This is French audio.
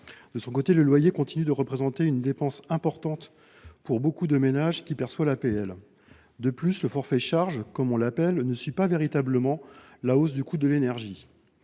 Or le loyer continue de représenter une dépense importante pour de nombreux ménages qui perçoivent les APL. De plus, le forfait charges, comme on l’appelle, ne suit pas véritablement la hausse du coût de l’énergie.